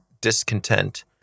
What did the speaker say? discontent